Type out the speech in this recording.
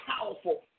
powerful